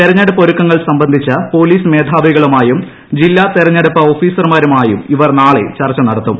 തൃരഞ്ഞെടുപ്പ് ഒരുക്കങ്ങൾ സംബന്ധിച്ച് പോലീസ് മേധ്യവികളുമായും ജില്ലാ തെരഞ്ഞെടുപ്പ് ഓഫീസർമാരുമായൂം ഇ്ഖർ നാളെ ചർച്ച നടത്തും